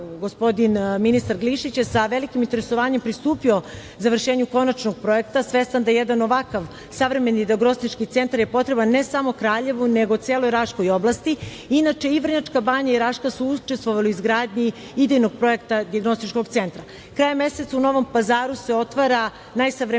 gospodin ministar Glišić je sa velikim interesovanjem pristupio završenju konačnog projekta, svestan da jedan ovakav savremeni dijagnostički centar je potreban ne samo Kraljevu, nego celoj Raškoj oblasti. Inače, i Vrnjačka banja i Raška su učestvovali u izgradnji idejnog projekta dijagnostičkog centra. Krajem meseca u Novom Pazaru se otvara najsavremeniji